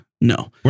No